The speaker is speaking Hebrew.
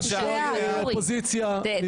היה פה ברדק, לא ראוי.